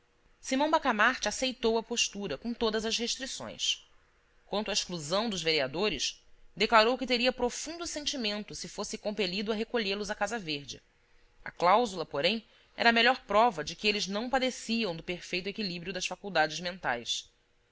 simão bacamarte aceitou a postura com todas as restrições quanto à exclusão dos vereadores declarou que teria profundo sentimento se fosse compelido a recolhê los à casa verde a cláusula porém era a melhor prova de que eles não padeciam do perfeito equilíbrio das faculdades mentais